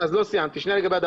עוד לא סיימתי את דבריי.